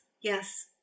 yes